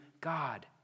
God